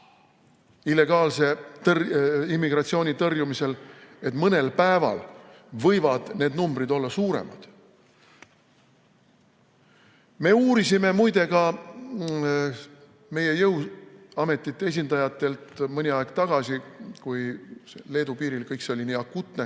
illegaalse immigratsiooni tõrjumisel, et mõnel päeval võivad need numbrid olla suuremad. Me uurisime muide ka meie jõuametite esindajatelt mõni aeg tagasi, kui Leedu piiril kõik see oli akuutne,